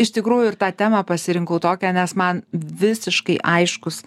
iš tikrųjų ir tą temą pasirinkau tokią nes man visiškai aiškus